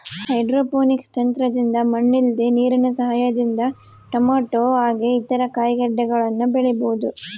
hydroponics ತಂತ್ರದಿಂದ ಮಣ್ಣಿಲ್ದೆ ನೀರಿನ ಸಹಾಯದಿಂದ ಟೊಮೇಟೊ ಹಾಗೆ ಇತರ ಕಾಯಿಗಡ್ಡೆಗಳನ್ನ ಬೆಳಿಬೊದು